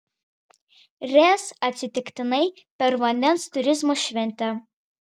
ręs atsitiktinai per vandens turizmo šventę